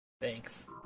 Thanks